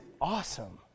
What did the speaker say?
awesome